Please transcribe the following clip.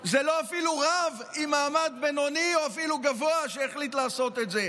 זה אפילו לא רב עם מעמד בינוני או אפילו גבוה שהחליט לעשות את זה,